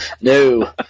no